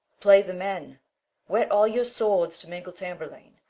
play the men whet all your swords to mangle tamburlaine,